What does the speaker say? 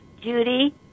Judy